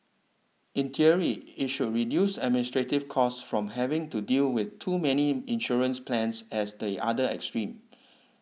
in theory it should reduce administrative costs from having to deal with too many insurance plans as the other extreme